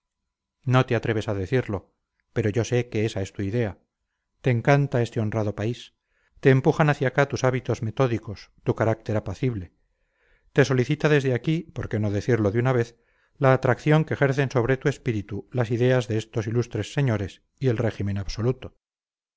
no te atreves a decirlo pero yo sé que ésa es tu idea te encanta este honrado país te empujan hacia acá tus hábitos metódicos tu carácter apacible te solicita desde aquí por qué no decirlo de una vez la atracción que ejercen sobre tu espíritu las ideas de estos ilustres señores y el régimen absoluto